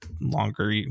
longer